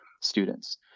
students